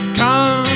come